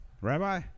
Rabbi